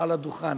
מעל הדוכן.